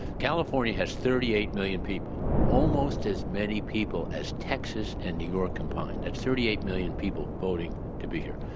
california has thirty eight million people almost as many people as texas and new york combined, that's thirty eight million people voting to be here.